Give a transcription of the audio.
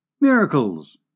Miracles